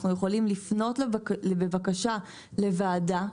אנחנו יכולים לפנות בבקשה לוועדה,